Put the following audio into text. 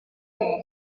déu